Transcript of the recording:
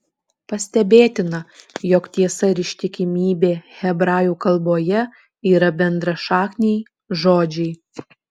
pastebėtina jog tiesa ir ištikimybė hebrajų kalboje yra bendrašakniai žodžiai